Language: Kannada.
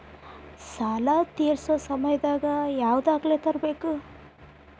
ಸಾಲಾ ತೇರ್ಸೋ ಸಮಯದಾಗ ಯಾವ ದಾಖಲೆ ತರ್ಬೇಕು?